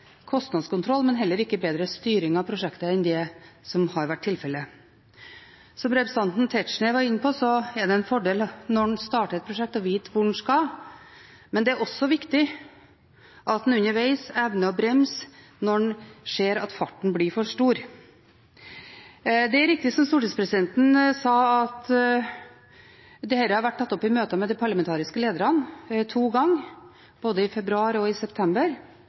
kostnadskontroll og heller ikke bedre styring med prosjektet enn det som har vært tilfellet. Som representanten Tetzschner var inne på, er det en fordel når en starter et prosjekt, å vite hvor man skal. Men det er også viktig at en underveis evner å bremse når en ser at farten blir for stor. Det er riktig som stortingspresidenten sa, at dette har vært tatt opp i møter med de parlamentariske lederne to ganger – både i februar og i september